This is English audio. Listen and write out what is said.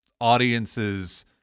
audience's